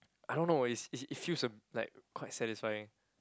I don't know it's it feels uh like quite satisfying